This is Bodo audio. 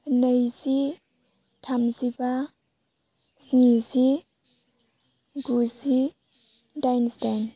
नैजि थामजिबा स्निजि गुजि दाइनजिदाइन